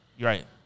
Right